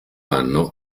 anno